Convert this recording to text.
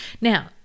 Now